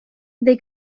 they